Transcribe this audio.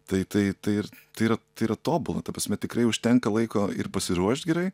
tai tai tai ir tai yra tai yra tobula ta prasme tikrai užtenka laiko ir pasiruošt gerai